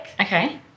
Okay